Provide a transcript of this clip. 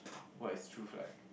what is truth like